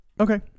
Okay